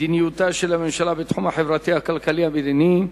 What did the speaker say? מדיניותה של הממשלה בתחום החברתי, הכלכלי והמדיני.